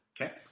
Okay